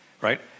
right